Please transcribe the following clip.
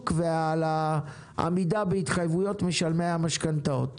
ועל העמידה בהתחייבויות משלמי המשכנתאות.